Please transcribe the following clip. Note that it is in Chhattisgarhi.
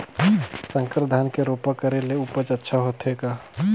संकर धान के रोपा करे ले उपज अच्छा होथे का?